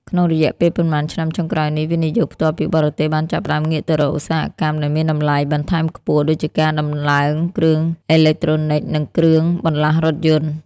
ក្នុងរយៈពេលប៉ុន្មានឆ្នាំចុងក្រោយនេះ វិនិយោគផ្ទាល់ពីបរទេស បានចាប់ផ្ដើមងាកទៅរកឧស្សាហកម្មដែលមានតម្លៃបន្ថែមខ្ពស់ ដូចជាការដំឡើងគ្រឿងអេឡិចត្រូនិក និងគ្រឿងបន្លាស់រថយន្ត។